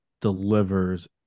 delivers